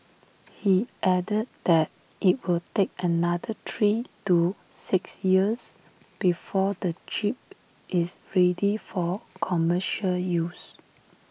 he added that IT will take another three to six years before the chip is ready for commercial use